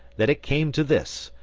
that it came to this,